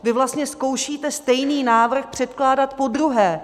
Vy vlastně zkoušíte stejný návrh předkládat podruhé.